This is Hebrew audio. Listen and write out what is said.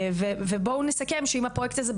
ובואו נסכם שאם הפרויקט הזה,